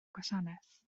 gwasanaeth